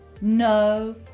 No